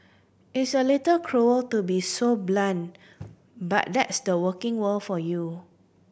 it's a little cruel to be so blunt but that's the working world for you